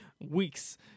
weeks